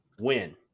win